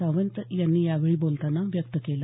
सावंत यांनी यावेळी बोलताना व्यक्त केला